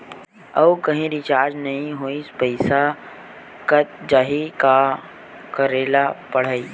आऊ कहीं रिचार्ज नई होइस आऊ पईसा कत जहीं का करेला पढाही?